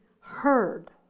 heard